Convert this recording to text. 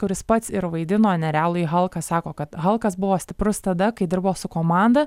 kuris pats ir vaidino nerealųjį halką sako kad halkas buvo stiprus tada kai dirbo su komanda